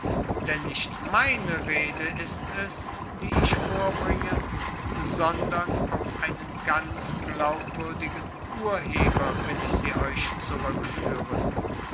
denn nicht meine rede ist es die ich vorbringe sondern auf einen ganz glaubwürdigen urheber will ich sie euch zurückführen